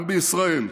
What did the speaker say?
גם בישראל,